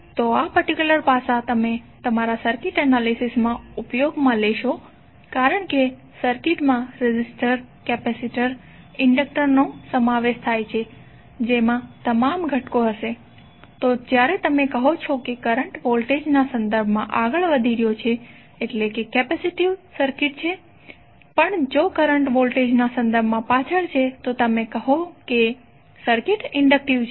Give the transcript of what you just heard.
તો આ પર્ટિક્યુલર પાસા તમે તમારા સર્કિટ એનાલિસિસમાં ઉપયોગમાં લેશો કારણ કે સર્કિટમાં રેઝિસ્ટર કેપેસિટર ઇન્ડેક્ટરનો સમાવેશ થાય છે જેમાં તમામ ઘટકો હશે તો જ્યારે તમે કહો છો કે કરંટ વોલ્ટેજના સંદર્ભમાં આગળ વધી રહ્યો છે એટલે કે સર્કિટ કેપેસિટીવ છે પણ જો કરંટ વોલ્ટેજના સંદર્ભમાં પાછળ છે તો તમે કહો છો કે સર્કિટ ઇન્ડક્ટિવ છે